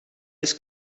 eens